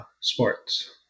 sports